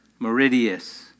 Meridius